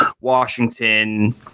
Washington